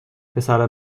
پسر